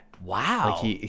Wow